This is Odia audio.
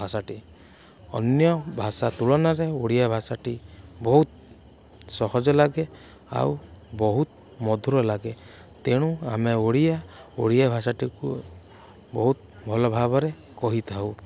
ଭାଷାଟି ଅନ୍ୟ ଭାଷା ତୁଳନାରେ ଓଡ଼ିଆ ଭାଷାଟି ବହୁତ ସହଜ ଲାଗେ ଆଉ ବହୁତ ମଧୁର ଲାଗେ ତେଣୁ ଆମେ ଓଡ଼ିଆ ଓଡ଼ିଆ ଭାଷାଟିକୁ ବହୁତ ଭଲ ଭାବରେ କହିଥାଉ